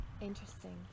Interesting